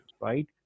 right